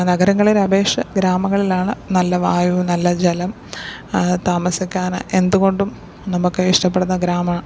നഗരങ്ങളിലപേക്ഷ ഗ്രാമങ്ങളിലാണ് നല്ല വായുവും നല്ല ജലം താമസിക്കാൻ എന്തുകൊണ്ടും നമുക്ക് ഇഷ്ടപ്പെടുന്ന ഗ്രാമ